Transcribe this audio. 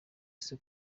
ese